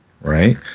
Right